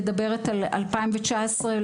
והדבר האחרון שאני רוצה להגיד,